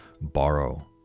borrow